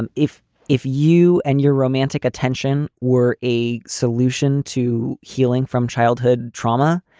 and if if you and your romantic attention were a solution to healing from childhood trauma,